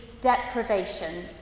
deprivation